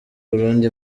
burundi